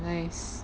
nice